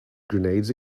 grenades